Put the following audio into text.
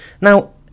Now